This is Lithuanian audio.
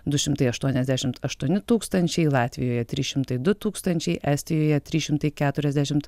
du šimtai aštuoniasdešimt aštuoni tūkstančiai latvijoje trys šimtai du tūkstančiai estijoje trys šimtai keturiasdešimt